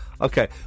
Okay